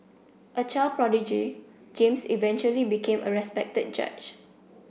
a child prodigy James eventually became a respected judge